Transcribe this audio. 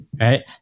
right